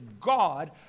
God